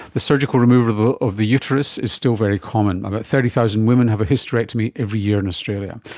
the surgical removal of the of the uterus, is still very common. about thirty thousand women have a hysterectomy every year in australia.